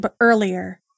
earlier